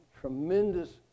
tremendous